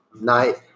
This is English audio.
Night